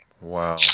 Wow